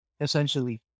essentially